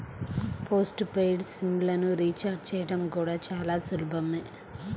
post paid sim లను recharge చేయడం కూడా చాలా సులభమే